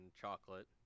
chocolate